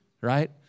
right